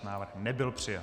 Návrh nebyl přijat.